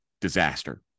disaster